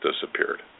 disappeared